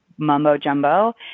mumbo-jumbo